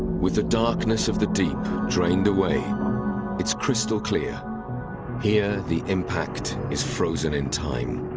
with the darkness of the deep drained away it's crystal clear here the impact is frozen in time.